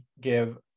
give